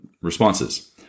responses